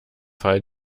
fall